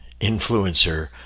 influencer